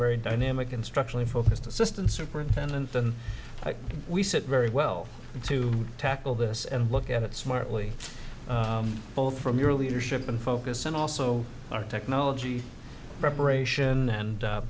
very dynamic and structurally focused assistance or prevent and we said very well to tackle this and look at it smartly both from your leadership and focus and also our technology preparation and